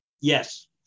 Yes